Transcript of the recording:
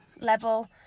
level